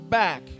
back